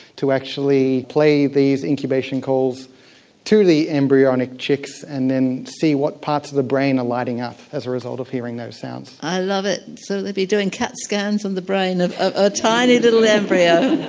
to actually play these incubation calls to the embryonic chicks, and then see what parts of the brain are lighting up as a result of hearing those sounds. i love it. so they'll be doing cat scans on the brain of a tiny little embryo.